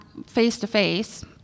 face-to-face